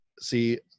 See